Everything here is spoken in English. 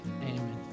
amen